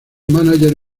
mánager